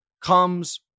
comes